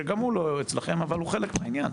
שגם הוא לא אצלכם אבל הוא חלק מהעניין,